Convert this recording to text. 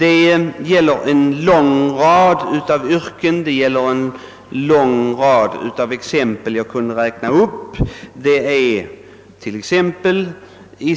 Jag skulle kunna räkna upp en lång rad yrken, i vilka sådana bullerskador kan uppstå. Även vid nyanläggning av flygplatser — en